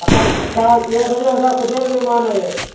असां तव्हां ईंअ सम्झो असां ख़ुदि जा महिमान आहियो